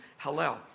Hallel